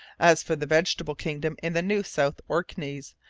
as for the vegetable kingdom in the new south orkneys,